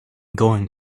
going